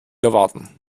erwarten